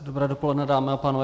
Dobré dopoledne, dámy a pánové.